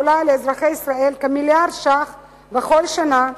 העולה לאזרחי ישראל כמיליארד שקלים בכל שנה,